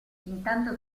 intanto